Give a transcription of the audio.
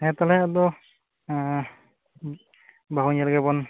ᱦᱮᱸ ᱛᱟᱦᱚᱞᱮ ᱟᱫᱚ ᱵᱟᱹᱦᱩ ᱧᱮᱞ ᱜᱮᱵᱚᱱ